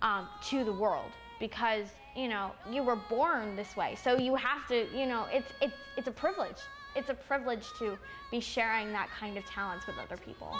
gift to the world because you know you were born this way so you have to you know it's a it's a privilege it's a privilege to be sharing that kind of towns with other people